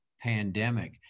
pandemic